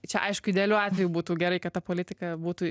čia aišku idealiu atveju būtų gerai kad ta politika būtų